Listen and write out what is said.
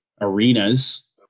arenas